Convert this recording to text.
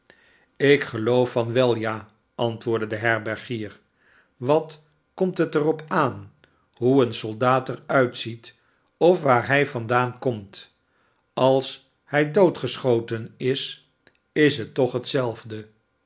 ik geloof wel van ja antwoordde de herbergier wat komt het er op aan hoe een soldaat eruitziet of waar hij vandaan komt als hij doodgeschoten is is het toch hetzelfde